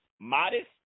modest